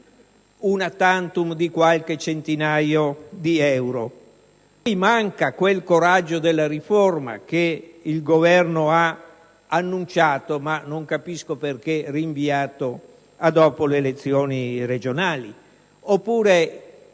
*una tantum* di qualche centinaio di euro;